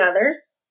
others